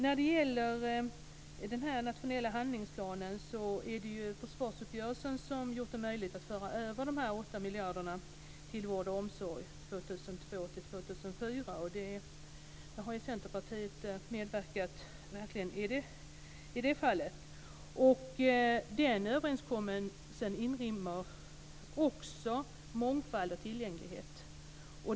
När det gäller den nationella handlingsplanen är det försvarsuppgörelsen som har gjort det möjligt att föra över dessa 8 miljarder till vård och omsorg 2002-2004, och detta har Centerpartiet medverkat till. Den överenskommelsen inrymmer också mångfald och tillgänglighet.